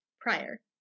prior